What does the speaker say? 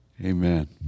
Amen